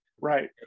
Right